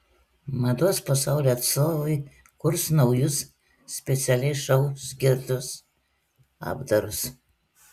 mados pasaulio atstovai kurs naujus specialiai šou skirtus apdarus